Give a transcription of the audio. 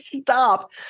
stop